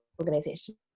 organization